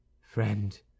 Friend